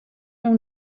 اون